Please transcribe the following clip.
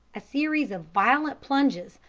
a series of violent plunges,